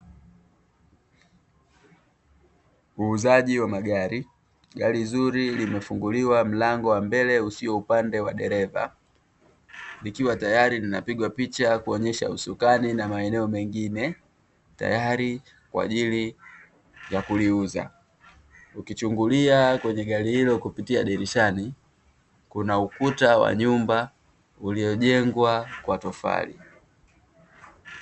Uuzaji wa magari, gari zuri limefunguliwa mlango wa mbele usio upande wa dereva, likiwa tayari linapigwa picha kuonyesha usukani na maeneo mengine, tayari kwa ajili ya kuliuza. Ukichungulia kwenye gari hilo kupitia dirishani, kuna ukuta wa nyumba uliojengwa kwa tofali.